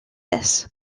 this